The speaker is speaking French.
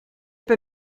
pas